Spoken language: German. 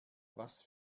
was